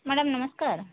madam ନମସ୍କାର